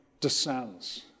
descends